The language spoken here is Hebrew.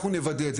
אנחנו נוודא את זה.